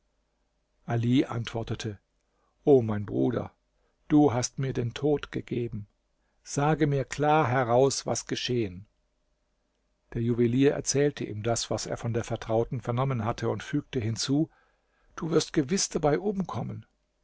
ali antwortete o mein bruder du hast mir den tod gegeben sage mir klar heraus was geschehen der juwelier erzählte ihm das was er von der vertrauten vernommen hatte und fügte hinzu du wirst gewiß dabei umkommen